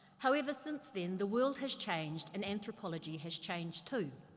however, since then the world has changed, and anthropology has changed too.